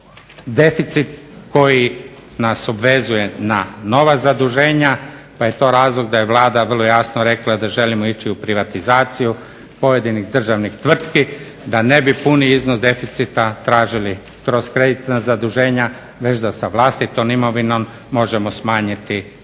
Deficit koji nas obvezuje na nova zaduženja pa je to razlog da je Vlada vrlo jasno rekla da želimo ići u privatizaciju pojedinih državnih tvrtki da ne bi puni iznos deficita tražili kroz kreditna zaduženja već da sa vlastitom imovinom možemo smanjiti taj